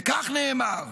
וכך נאמר: